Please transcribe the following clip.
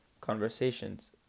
conversations